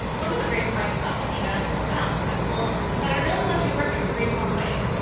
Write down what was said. one of the great parts about taking notes with the apple pencil is that it really lets you work in a free-form way.